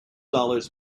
dollars